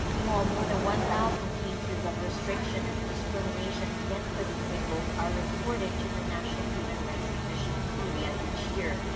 meanwhile, more than one-thousand cases of restriction and discrimination against the disabled are reported to the national human rights commission of korea each year.